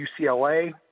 UCLA